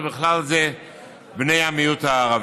ובכלל זה בני המיעוט הערבי.